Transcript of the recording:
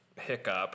hiccup